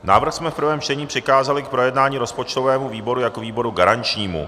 Návrh jsme v prvém čtení přikázali k projednání rozpočtovému výboru jako výboru garančnímu.